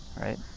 right